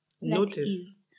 Notice